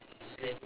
ya